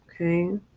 Okay